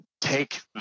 take